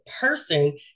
person